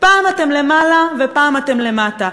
פעם אתם למעלה ופעם אתם למטה.